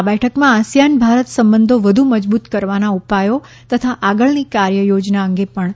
આ બેઠકમાં આસિયાન ભારત સંબંધો વધુ મજબૂત કરવાના ઉપાયો તથા આગળની કાર્યયોજના અંગે ચર્ચા કરાશે